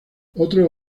otro